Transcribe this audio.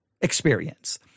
experience